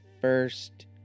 first